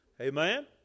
Amen